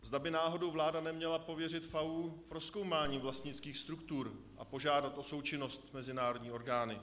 Zda by náhodou vláda neměla pověřit FAÚ prozkoumáním vlastnických struktur a požádat o součinnost mezinárodní orgány.